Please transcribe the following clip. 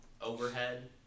overhead